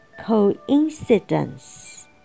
Coincidence